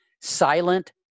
Silent